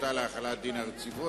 הואיל והוועדה עדיין איננה מוכנה,